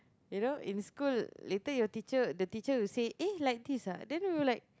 you know in school later your teacher the teacher will say eh like this ah then we will like